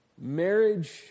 Marriage